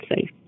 safe